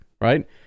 right